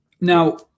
Now